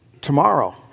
tomorrow